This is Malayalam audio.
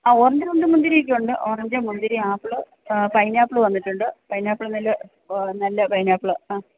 ആ ഓറഞ്ച് മുന്ത് മുന്തിരിയൊക്കെയുണ്ട് ഓറഞ്ച് മുന്തിരി ആപ്പിൾ പൈനാപ്പിൾ വന്നിട്ടുണ്ട് പൈനാപ്പിൾ ഇന്നലെ നല്ല പൈനാപ്പിൾ ആ